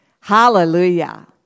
Hallelujah